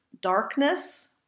darkness